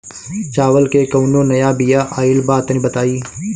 चावल के कउनो नया बिया आइल बा तनि बताइ?